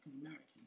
Americans